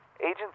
Agent